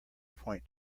point